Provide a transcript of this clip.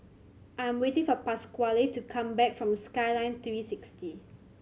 I'm waiting for Pasquale to come back from Skyline Three Sixty